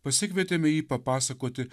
pasikvietėme jį papasakoti